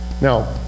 Now